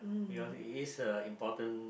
because it is a important